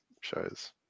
shows